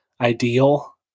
ideal